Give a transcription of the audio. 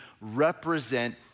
represent